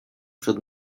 przed